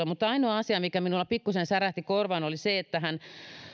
mutta ainoa asia mikä minulla pikkusen särähti korvaan oli se että hän